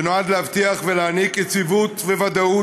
שנועד להבטיח ולהעניק יציבות וודאות